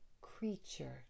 creature